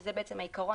שזה עיקרון